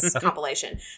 compilation